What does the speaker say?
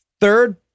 third